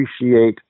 appreciate